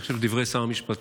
אני חושב שדברי שר המשפטים,